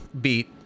beat